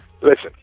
Listen